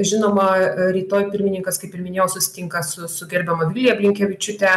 žinoma rytoj pirmininkas kaip ir minėjau susitinka su su gerbiama vilija blinkevičiūte